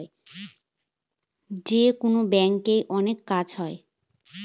যেকোনো ব্যাঙ্কে অনেক কাজ হয়